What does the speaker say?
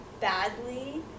badly